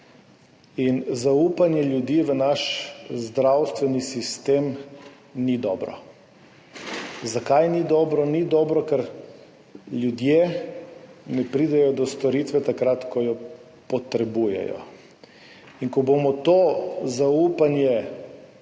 Zaupanje ljudi v naš zdravstveni sistem ni dobro. Zakaj ni dobro? Ni dobro, ker ljudje ne pridejo do storitve takrat, ko jo potrebujejo. Ko bomo to zaupanje